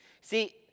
See